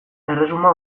erresuma